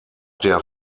der